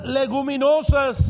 leguminosas